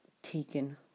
Taken